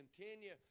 continue